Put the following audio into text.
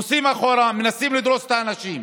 נוסעים אחורה ומנסים לדרוס את האנשים.